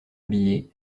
habillée